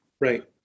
Right